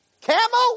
Camel